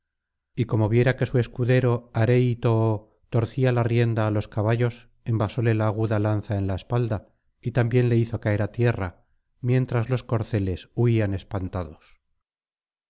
y como viera que su escudero areítoo torcía la rienda á los caballos envasóle la aguda lanza en la espalda y también le hizo caer á tierra mientras los corceles huían espantados